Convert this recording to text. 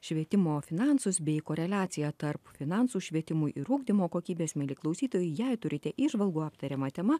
švietimo finansus bei koreliaciją tarp finansų švietimui ir ugdymo kokybės mieli klausytojai jei turite įžvalgų aptariama tema